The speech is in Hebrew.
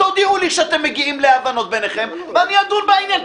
תודיעו לי שאתם מגיעים להבנות ביניכם ואני אדון בעניין.